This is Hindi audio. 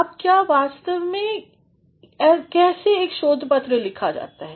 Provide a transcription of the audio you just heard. अब क्या वास्तव में और कैसे एक शोध पत्रलिखा जाता है